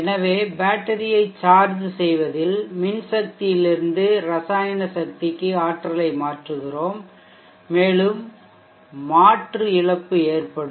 எனவே பேட்டரியை சார்ஜ் செய்வதில் மின்சக்தியிலிருந்து ரசாயனசக்திக்கு ஆற்றலை மாற்றுகிறோம் மேலும் மாற்று இழப்பு ஏற்படும்